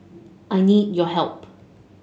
I need your help